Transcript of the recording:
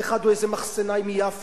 אחד הוא איזה מחסנאי מיפו.